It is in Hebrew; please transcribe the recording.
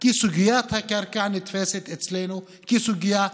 כי סוגיית הקרקע נתפסת אצלנו כסוגיה לאומית,